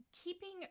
Keeping